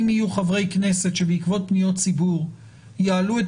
אם יהיו חברי כנסת שבעקבות פניות ציבור יעלו את